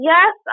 Yes